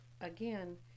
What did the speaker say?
again